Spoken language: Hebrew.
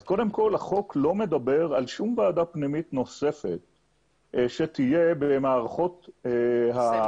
אז קודם כל החוק לא מדבר על שום ועדה פנימית נוספת שתהיה במערכות הסמך,